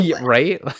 right